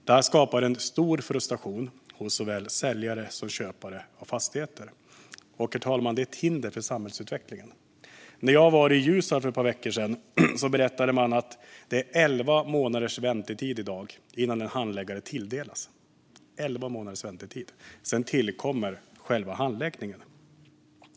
Detta skapar en stor frustration hos såväl säljare som köpare av fastigheter, och det är ett hinder för samhällsutvecklingen. När jag var i Ljusdal för ett par veckor sedan berättade man att det nu är elva månaders väntetid innan en handläggare tilldelas ett ärende. Sedan tillkommer själva handläggningen.